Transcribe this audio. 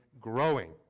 growing